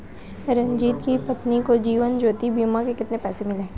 रंजित की पत्नी को जीवन ज्योति बीमा के कितने पैसे मिले?